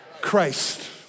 Christ